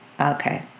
okay